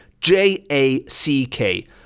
J-A-C-K